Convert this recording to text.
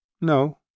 No